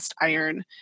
iron